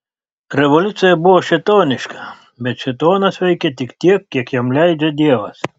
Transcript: revoliucija buvo šėtoniška bet šėtonas veikia tik tiek kiek jam leidžia dievas